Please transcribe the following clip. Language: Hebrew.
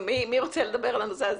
אני מקשיבה לדיון.